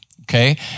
okay